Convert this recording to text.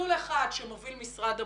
מסלול אחד שמוביל משרד הבריאות,